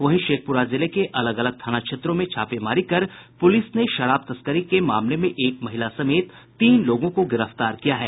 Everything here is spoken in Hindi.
वहीं शेखपुरा जिले के अलग अलग थाना क्षेत्रों में छापामारी कर पुलिस ने शराब तस्करी के मामले में एक महिला समेत तीन लोगों को गिरफ्तार किया है